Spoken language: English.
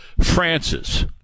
Francis